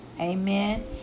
Amen